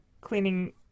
cleaning